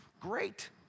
Great